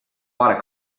bought